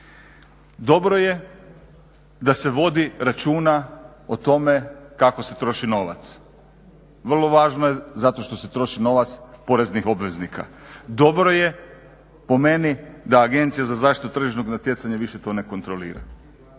Dobro je da se vodi računa o tome kako se troši novac, vrlo važno je zato što se troši novac poreznih obveznika. Dobro je po meni da Agencija za zaštitu tržišnog natjecanja više to ne kontrolira.